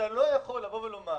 אתה לא יכול לבוא ולומר